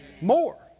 more